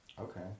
Okay